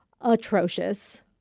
atrocious